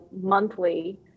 monthly